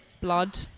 blood